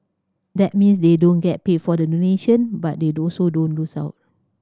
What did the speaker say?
that means they don't get paid for the donation but they also don't lose out